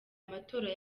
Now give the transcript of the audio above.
matora